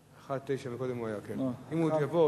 קודם הוא היה כאן, אם הוא עוד יבוא,